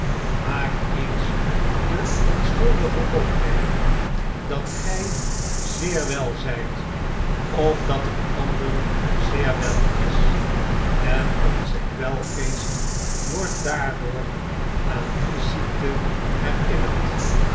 maak eens de onschuldige opmerking dat gg zeer wel zgt of dat een ander zeer wel is en onze kwelgeest wordt daardoor aan die ziekte herinnerd